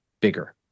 bigger